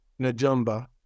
Najumba